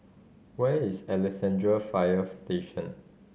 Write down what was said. where is Alexandra Fire Station